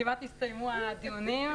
כמעט הסתיימו הדיונים,